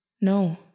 no